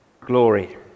glory